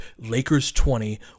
LAKERS20